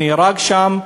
נהרג שם,